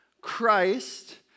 Christ